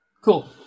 Cool